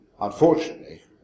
Unfortunately